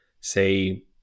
say